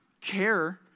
care